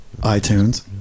iTunes